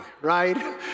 right